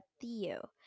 Theo